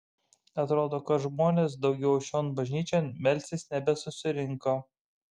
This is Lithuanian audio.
atrodo kad žmonės daugiau šion bažnyčion melstis nebesusirinko